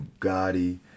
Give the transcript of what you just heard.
Bugatti